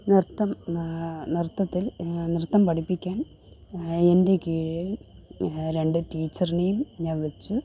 നൃത്തം നൃത്തത്തിൽ നൃത്തം പഠിപ്പിക്കാൻ എൻ്റെ കീഴിൽ രണ്ട് ടീച്ചറിനെയും ഞാൻ വച്ചു